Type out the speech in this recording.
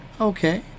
Okay